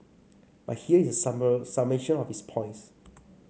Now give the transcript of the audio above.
but here is a summer summation of his points